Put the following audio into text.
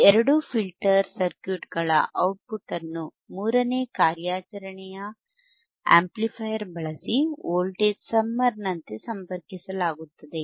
ಈ ಎರಡು ಫಿಲ್ಟರ್ ಸರ್ಕ್ಯೂಟ್ಗಳ ಔಟ್ಪುಟ್ ಅನ್ನು ಮೂರನೇ ಕಾರ್ಯಾಚರಣೆಯ ಆಂಪ್ಲಿಫೈಯರ್ ಬಳಸಿ ವೋಲ್ಟೇಜ್ ಸಮ್ಮರ್ ನಂತೆ ಸಂಪರ್ಕಿಸಲಾಗುತ್ತದೆ